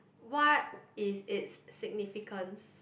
what is its significance